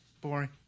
boring